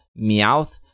Meowth